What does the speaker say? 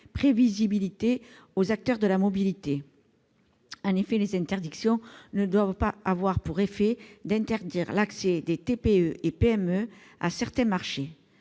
prévisibilité aux acteurs de la mobilité. En effet, les interdictions ne doivent pas avoir pour effet d'interdire l'accès des TPE et PME à certains marchés.